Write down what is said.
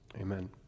amen